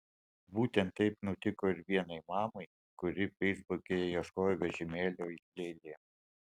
būtent taip nutiko ir vienai mamai kuri feisbuke ieškojo vežimėlio lėlėms